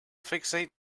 fixate